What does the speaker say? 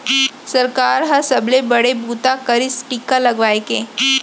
सरकार ह सबले बड़े बूता करिस टीका लगवाए के